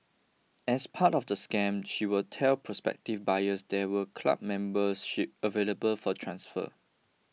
as part of the scam she would tell prospective buyers there were club memberships available for transfer